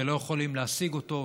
ולא יכולים להשיג אותו,